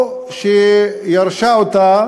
או שהמדינה ירשה אותה